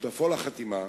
שותפו לחתימה,